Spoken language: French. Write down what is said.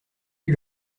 lui